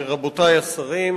רבותי השרים,